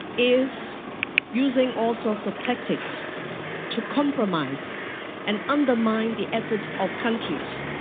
is using all sorts of tactics to compromise and undermine the efforts of countries,